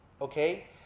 okay